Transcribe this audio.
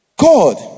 God